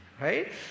Right